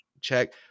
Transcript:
check